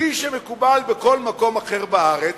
כפי שמקובל בכל מקום אחר בארץ,